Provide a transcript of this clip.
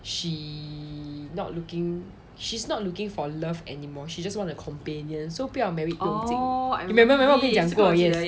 she not looking she's not looking for love anymore she just want a companion so 不要 marry 不用紧 remember remember 我跟你讲过 yes